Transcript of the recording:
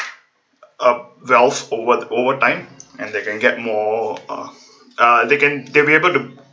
a valve over over time and they can get more uh uh they can they're able to